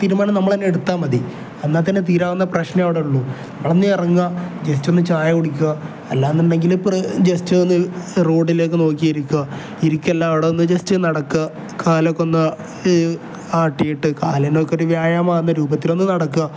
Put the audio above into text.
തീരുമാനം നമ്മൾ തന്നെ എടുത്താൽ മതി എന്നാൽ തന്നെ തീരാവുന്ന പ്രശ്നം അവിടെ ഉള്ളൂ നമ്മൾ എന്നാൽ ഇറങ്ങുക ജെസ്റ്റ് ഒന്ന് ചായ കുടിക്കുക അല്ലാന്നുണ്ടെങ്കിൽ ഇപ്പം ജെസ്റ്റ് ഒന്ന് റോഡിലേക്ക് നോക്കിയിരിക്കുക ഇരിക്കുകയല്ല അവിടെ ഒന്ന് ജെസ്റ്റ് നടക്കുക കാൽ ഒക്കെയൊന്ന് ആട്ടിയിട്ട് കാലിന് ഒക്കെ ഒരു വ്യായാമമാകുന്ന രൂപത്തിലൊന്ന് നടക്കുക